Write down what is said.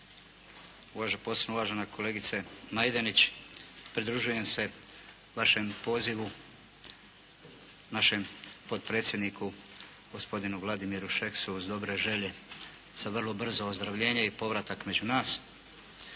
posebno uvažena kolegice Majdenić, pridružujem se vašem pozivu, našem potpredsjedniku gospodinu Vladimimu Šeksu uz dobre želje za vrlo brzo ozdravljenje i povratak među nas.